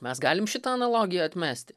mes galim šitą analogiją atmesti